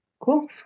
cool